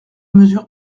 mesures